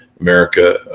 America